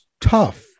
tough